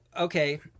okay